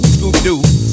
Scooby-doo